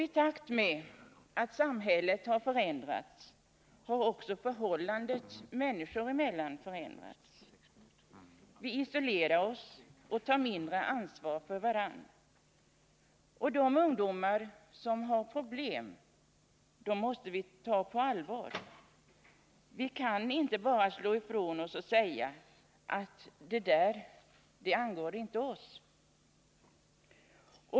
I takt med att samhället förändras har också förhållandet människor emellan förändrats. Vi isolerar oss och tar mindre ansvar för varandra. De ungdomar som har problem måste vi ta på allvar. Vi kan inte bara slå ifrån oss och säga att det där angår inte oss.